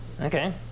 Okay